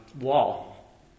wall